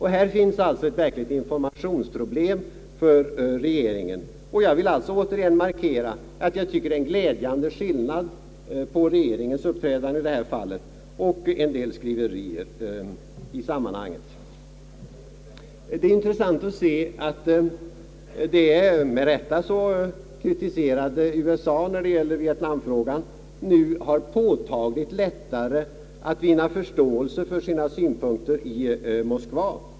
Här finns alltså ett verkligt informationsproblem för regeringen, och jag vill återigen markera att jag tycker att det är en glädjande skillnad mellan regeringens uppträdande i det här fallet och en del skriverier i sammanhanget. Det är intressant att se, att det med rätta så kritiserade USA när det gäller Vietnamfrågan nu har påtagligt lättare att vinna förståelse för sina synpunkter i Moskva.